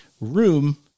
room